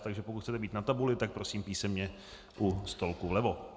Takže pokud chcete být na tabuli, tak prosím písemně u stolku vlevo.